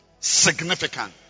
significant